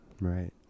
Right